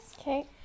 Okay